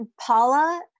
Paula